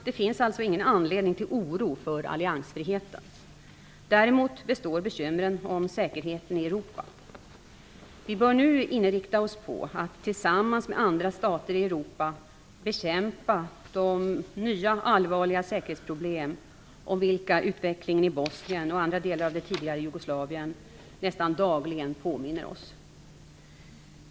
Det finns alltså ingen anledning till oro för alliansfriheten. Däremot består bekymren om säkerheten i Europa. Vi bör nu inrikta oss på att tillsammans med andra stater i Europa bekämpa de nya allvarliga säkerhetsproblem om vilka utvecklingen i Bosnien och andra delar av det tidigare Jugoslavien nästan dagligen påminner oss.